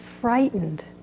frightened